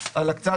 השקעה